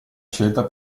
scelta